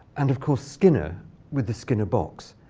and, of course, skinner with the skinner box.